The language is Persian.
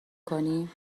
کنی